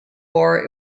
war